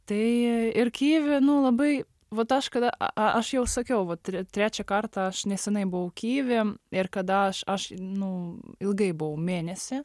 tai ir kijeve nu labai vat aš kada aš jau sakiau vat trečią kartą aš nesenai buvau kijeve ir kada aš aš nu ilgai buvau mėnesį